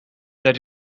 that